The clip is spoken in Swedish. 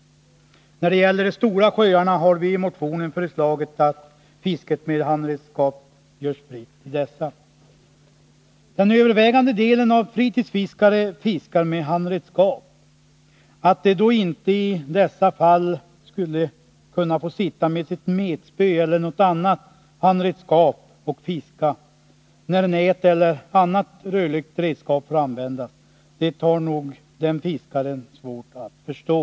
När det gäller de stora sjöarna har vi i motionen föreslagit att fisket med handredskap görs fritt i dessa. Den övervägande delen av fritidsfiskarna fiskar med handredskap. Att man inte i dessa fall skulle kunna få sitta med sitt metspö eller något annat handredskap och fiska, när nät eller annat rörligt redskap får användas, det har nog den fiskaren svårt att förstå.